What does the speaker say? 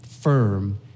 firm